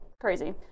crazy